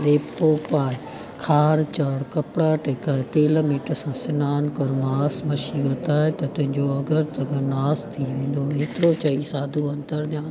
लेपो पाए खारु चाढ़ कपिड़ा टहिकाए तेलु मेट सां सनानु कर मास मछी वर्ताए त तुंहिंजो अगरि तगरि नास थी वेंदो हेतिरो चई साधू अंतर ध्यानु थी